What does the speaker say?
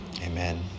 Amen